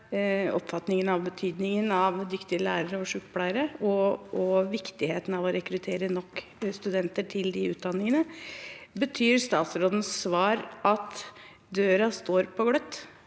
oppfatningen om betydningen av dyktige lærere og sykepleiere og viktigheten av å rekruttere nok studenter til de utdanningene. Betyr statsrådens svar at døren står på gløtt,